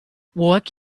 walk